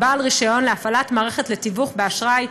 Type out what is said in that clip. בעל רישיון להפעלת מערכת לתיווך באשראי,